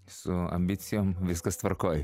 su ambicijom viskas tvarkoj